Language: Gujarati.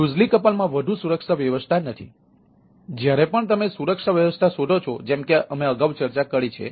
તેથી વિવિધ ફેરફારો છે